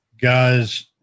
guys